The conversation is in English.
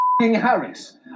Harris